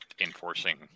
enforcing